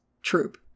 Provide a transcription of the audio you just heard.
Troop